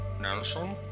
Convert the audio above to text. Nelson